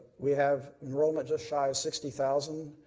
we have enrollment just shy of sixty thousand.